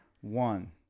one